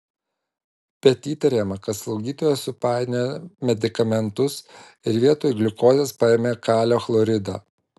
bet įtariama kad slaugytoja supainiojo medikamentus ir vietoj gliukozės paėmė kalio chloridą